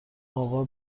آقا